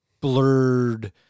blurred